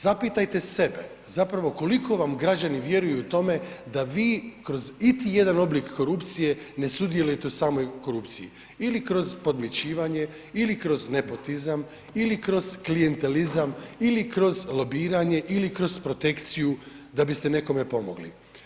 Zapitajte sebe zapravo koliko vam građani vjeruju u tome da vi kroz iti jedan oblik korupcije ne sudjelujete u samoj korupciji ili kroz podmićivanje ili kroz nepotizam ili kroz klijentelizam, ili kroz lobiranje ili kroz protekciju da biste nekome pomogli.